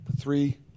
three